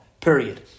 Period